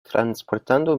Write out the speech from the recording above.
transportando